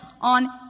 on